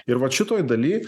ir vat šitoj daly